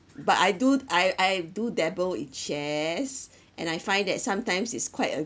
but I do I I do dabble in shares and I find that sometimes it's quite a